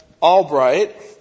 Albright